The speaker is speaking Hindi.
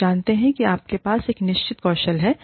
आप जानते हैं कि आपके पास एक निश्चित कौशल है